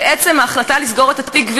ועצם ההחלטה לסגור את התיק,